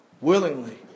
willingly